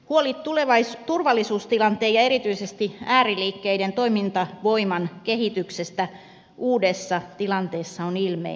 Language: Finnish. huoli turvallisuustilanteen ja erityisesti ääriliikkeiden toimintavoiman kehityksestä uudessa tilanteessa on ilmeinen